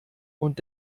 und